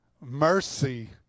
mercy